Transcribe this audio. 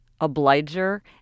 obliger